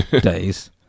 days